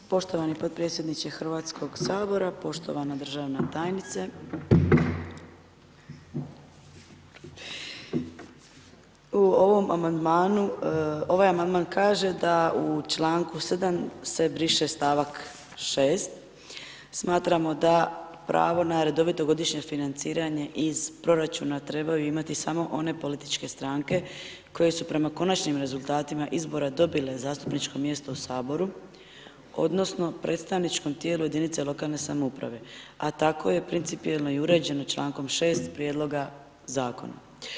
Poštovani podpredsjedniče Hrvatskog sabora, poštovana državna tajnice, u ovom amandmanu, ovaj amandman kaže da članku 7. se briše stavak 6. smatramo da pravo na redovito godišnje financiranje iz proračuna trebaju imati smo one političke stranke koje su prema konačnim rezultatima izbora dobile zastupničko mjesto u saboru odnosno predstavničkom tijelu jedinice lokalne samouprave, a tako je principijelno i uređeno člankom 6. prijedloga zakona.